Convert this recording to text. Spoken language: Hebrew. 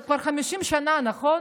זה כבר 50 שנה, נכון?